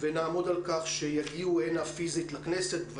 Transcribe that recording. ונעמוד על כך שיגיעו פיזית לכנסת.